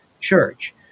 church